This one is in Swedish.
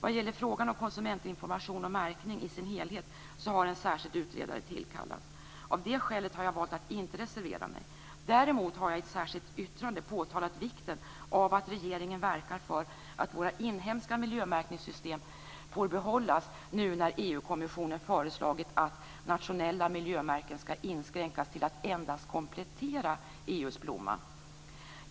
Vad gäller frågan om konsumentinformation och märkning i sin helhet har en särskild utredare tillkallats. Av det skälet har jag valt att inte reservera mig. Däremot har jag i ett särskilt yttrande påtalat vikten av att regeringen verkar för att våra inhemska miljömärkningssystem får behållas nu när EU-kommissionen föreslagit att nationella miljömärken skall inskränkas till att endast komplettera EU:s blomma.